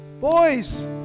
boys